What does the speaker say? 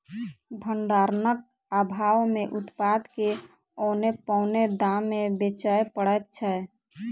भंडारणक आभाव मे उत्पाद के औने पौने दाम मे बेचय पड़ैत छै